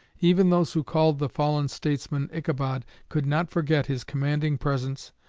even those who called the fallen statesman ichabod could not forget his commanding presence,